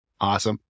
Awesome